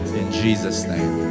in jesus' name.